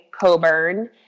Coburn